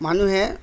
মানুহে